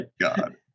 God